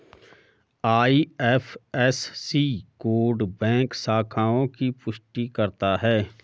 IFSC code bank शाखाओं की पुष्टि करता है